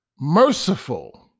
Merciful